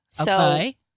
Okay